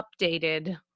updated